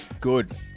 Good